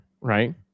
right